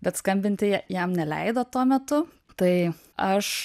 bet skambinti jam neleido tuo metu tai aš